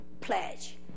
pledge